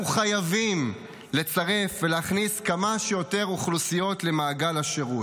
אנחנו חייבים לצרף ולהכניס כמה שיותר אוכלוסיות למעגל השירות.